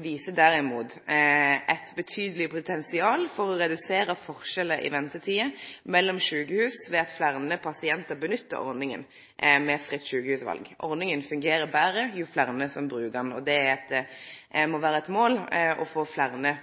viser derimot eit betydeleg potensial for å redusere forskjellane i ventetider mellom sjukehusa ved at fleire pasientar nyttar ordninga med fritt sjukehusval. Ordninga fungerer betre jo fleire som bruker ho. Det må vere eit mål å få fleire